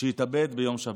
שהתאבד ביום שבת.